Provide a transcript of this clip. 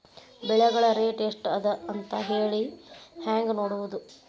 ಬೆಳೆಗಳ ರೇಟ್ ಎಷ್ಟ ಅದ ಅಂತ ಹೇಳಿ ಹೆಂಗ್ ನೋಡುವುದು?